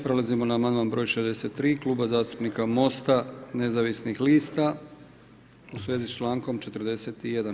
Prelazimo na amandman broj 63 Kluba zastupnika Mosta nezavisnih lista u svezi s člankom 41.